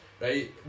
Right